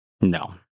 No